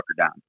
down